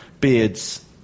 beards